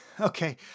Okay